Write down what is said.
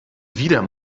wieder